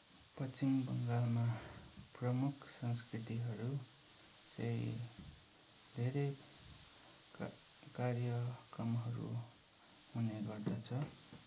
पश्चिम बङ्गालमा प्रमुख संस्कृतिहरू चाहिँ धेरै कार्यक्रमहरू हुने गर्दछ